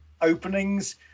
openings